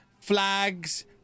flags